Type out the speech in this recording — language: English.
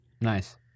Nice